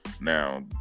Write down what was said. Now